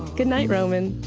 good night. roman